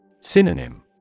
Synonym